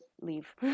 leave